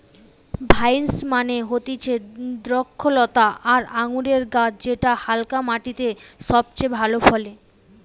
vines মানে হতিছে দ্রক্ষলতা বা আঙুরের গাছ যেটা হালকা মাটিতে সবচে ভালো ফলে